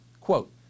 quote